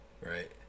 right